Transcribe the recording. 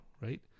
right